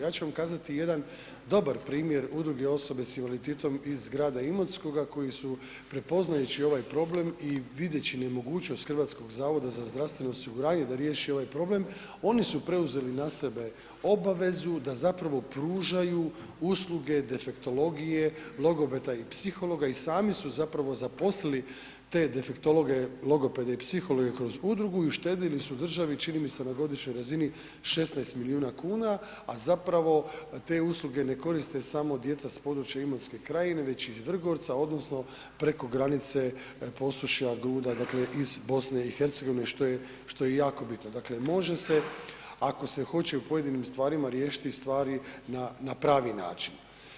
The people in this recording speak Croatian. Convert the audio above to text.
Ja ću vam kazati jedan dobar primjer Udruge osobe s invaliditetom iz grada Imotskoga koji su prepoznajući ovaj problem i videći nemogućnost HZZO da riješi ovaj problem, oni su preuzeli na sebe obavezu da zapravo pružaju uslugu defektologije, logopeda i psihologa i sami su zapravo zaposlili te defektologe, logopede i psihologe kroz udrugu i uštedili su državi, čini mi se na godišnjoj razini, 16 milijuna kuna, a zapravo te usluge ne koriste samo djeca s područja Imotske krajine, već i iz Vrgorca odnosno preko granice Posušja, Gruda, dakle iz BiH, što je jako bitno, dakle može se ako se hoće u pojedinim stvarima riješiti stvari na pravi način.